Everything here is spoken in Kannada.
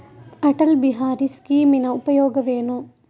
ಅಟಲ್ ಬಿಹಾರಿ ಸ್ಕೀಮಿನ ಉಪಯೋಗವೇನು?